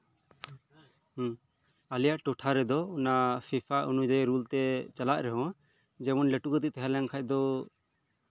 ᱦᱮᱸ ᱟᱞᱮᱭᱟᱜ ᱴᱚᱴᱷᱟ ᱨᱮᱫᱚ ᱚᱱᱟ ᱥᱮᱯᱷᱟ ᱚᱱᱩᱡᱟᱭᱤ ᱨᱩᱞᱛᱮ ᱪᱟᱞᱟᱜ ᱨᱮᱦᱚᱸ ᱡᱮᱢᱚᱱ ᱞᱟᱹᱴᱩ ᱠᱟᱛᱮᱫ ᱛᱟᱦᱮᱸ ᱞᱮᱱᱠᱷᱟᱱ ᱫᱚ